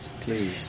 Please